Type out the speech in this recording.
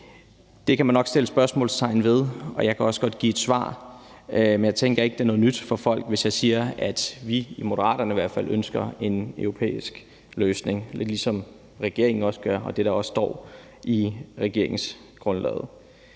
Det kan man nok sætte spørgsmålstegn ved, og jeg kan også godt give et svar, men jeg tænker ikke, det er noget nyt for folk, hvis jeg siger, at vi i Moderaterne i hvert fald ønsker en europæisk løsning, lidt ligesom regeringen også gør det, og det, der også står i regeringsgrundlaget.